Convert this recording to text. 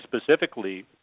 specifically